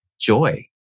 joy